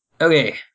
Okay